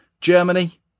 Germany